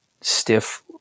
stiff